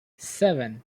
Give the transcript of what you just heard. seven